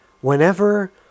whenever